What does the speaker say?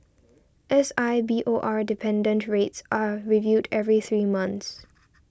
S I B O R dependent rates are reviewed every three months